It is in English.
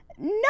No